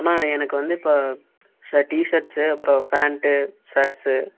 அண்ணா எனக்கு வந்து இப்போ சில டீ ஷர்ட்ஸ்ஸு அப்புறம் பேண்ட்டு ஷர்ட்ஸ்ஸு